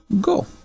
Go